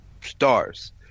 stars